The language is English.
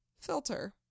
Filter